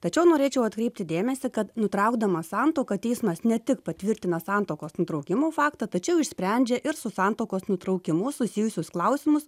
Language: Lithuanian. tačiau norėčiau atkreipti dėmesį kad nutraukdamas santuoką teismas ne tik patvirtina santuokos nutraukimo faktą tačiau išsprendžia ir su santuokos nutraukimu susijusius klausimus